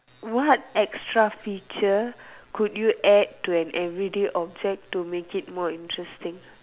what extra feature could you add to an everyday object to make it more interesting